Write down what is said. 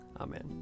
Amen